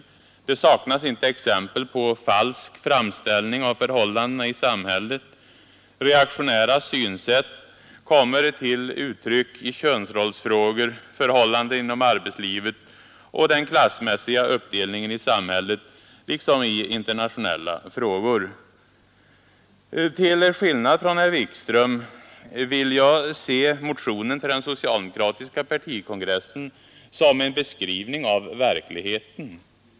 Det ZE oo saknas inte exempel på falsk framställning av förhållandena i samhället. Samhällsinsatser på Reaktionära synsätt kommer till uttryck i könsrollsfrågor, förhållandet läromedelsområdet inom arbetslivet och den klassmässiga uppdelningen i samhället liksom i Till skillnad från herr Wikström vill jag se motionen till den socialdemokratiska partikongressen som en beskrivning av verkligheten.